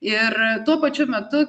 ir tuo pačiu metu